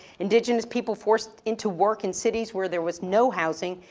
indigenous people forced into work in cities where there was no housing,